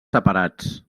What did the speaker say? separats